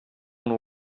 una